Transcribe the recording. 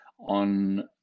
on